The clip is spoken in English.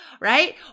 right